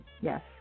yes